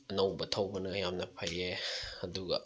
ꯑꯅꯧꯕ ꯊꯧꯕꯅ ꯌꯥꯝꯅ ꯐꯩꯌꯦ ꯑꯗꯨꯒ